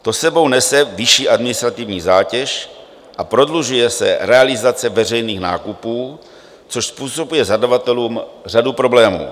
To s sebou nese vyšší administrativní zátěž a prodlužuje se realizace veřejných nákupů, což způsobuje zadavatelům řadu problémů.